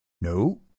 No